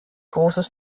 großes